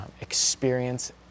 experience